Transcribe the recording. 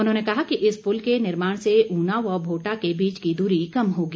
उन्होंने कहा कि इस पुल के निर्माण से उना व भोटा के बीच की दूरी कम होगी